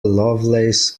lovelace